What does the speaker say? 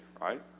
right